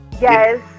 Yes